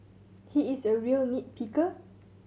he is a real nit picker